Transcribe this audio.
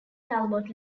talbot